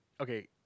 Okay